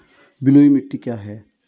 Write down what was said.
बलुई मिट्टी क्या है?